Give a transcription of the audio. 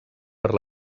per